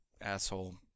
asshole